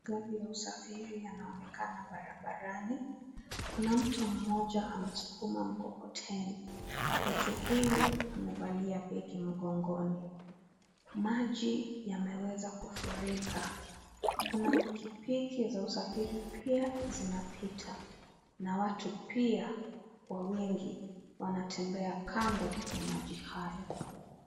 Magari ya usafiri yanaonekana barabarani. Kuna mtu mmoja anaskuma mkokoteni. Mtu huyu amevalia begi mgongoni. Maji yameweza kufurika. Kuna pikipiki za usafiri pia zinapita. Na watu pia kwa wingi wanatembea kando ya maji hayo.